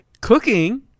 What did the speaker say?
Cooking